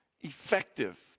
effective